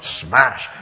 smash